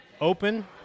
open